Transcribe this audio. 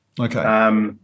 Okay